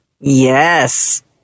Yes